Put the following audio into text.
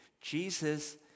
Jesus